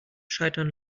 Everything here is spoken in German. scheitern